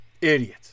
Idiot